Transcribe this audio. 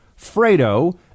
Fredo